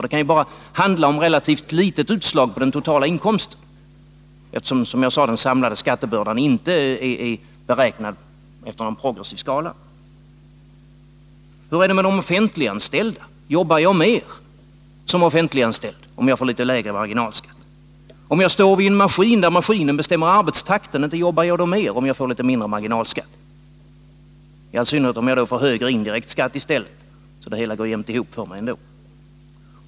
Det kan ju bara handla om ett relativt litet utslag på den totala inkomsten, eftersom den samlade skattebördan, som jag sade tidigare, inte är beräknad efter någon progressiv skala. Hur blir det med de offentliganställda? Jobbar jag som offentliganställd mer, om jag får litet lägre marginalskatt? Om jag står vid en maskin som bestämmer arbetstakten, inte jobbar jag då mer om jag får litet lägre marginalskatt. Det gäller i synnerhet om jag i stället får högre indirekt skatt, så att det hela ändå går jämnt ihop för mig.